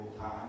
time